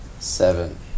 Seven